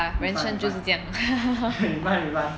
refund refund refund refund